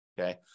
Okay